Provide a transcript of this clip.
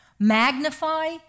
Magnify